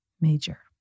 major